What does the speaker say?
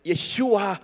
Yeshua